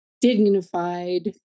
dignified